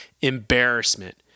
embarrassment